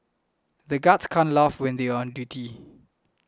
the guards can't laugh when they are on duty